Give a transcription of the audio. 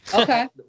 Okay